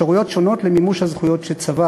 אפשרויות שונות למימוש הזכויות שצבר.